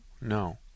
No